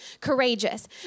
courageous